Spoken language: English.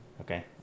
okay